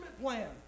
plan